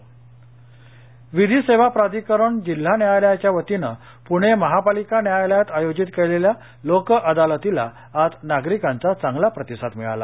लोकअदालत विधी सेवा प्राधिकरण जिल्हा न्यायालयाच्या वतीनं पूणे महापालिका न्यायालयात आयोजित केलेल्या लोक अदालतीला आज नागरिकांचा चांगला प्रतिसाद मिळाला